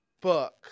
book